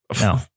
No